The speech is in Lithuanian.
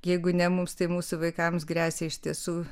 jeigu ne mums tai mūsų vaikams gresia iš tiesų